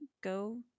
go